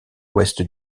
ouest